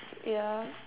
yeah